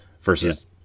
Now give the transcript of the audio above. versus